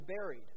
buried